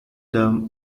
them